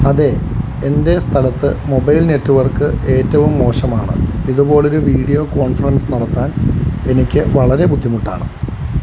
അതെ എന്റെ സ്ഥലത്ത് മൊബൈൽ നെറ്റ്വർക്ക് ഏറ്റവും മോശമാണ് ഇതുപോലൊരു വീഡിയോ കോൺഫറൻസ് നടത്താൻ എനിക്ക് വളരെ ബുദ്ധിമുട്ടാണ്